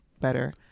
better